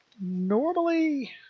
Normally